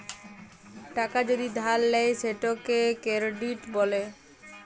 টাকা যদি ধার লেয় সেটকে কেরডিট ব্যলে